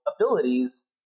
abilities